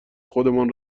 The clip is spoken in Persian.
خودمان